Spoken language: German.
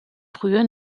frühe